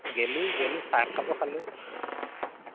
গেলোঁ গেলোঁ চাহ একাপো খালোঁ